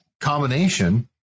combination